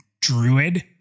Druid